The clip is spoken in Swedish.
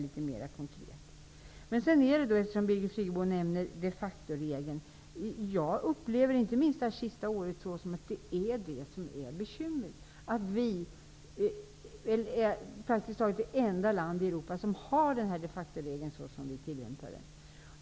Birgit Friggebo nämner de facto-regeln. Jag upplever att det är den som är bekymret, inte minst det senaste året, dvs. att Sverige är praktiskt taget det enda land i Europa som har en de facto-regel.